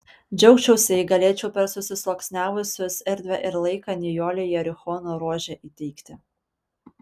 džiaugčiausi jei galėčiau per susisluoksniavusius erdvę ir laiką nijolei jerichono rožę įteikti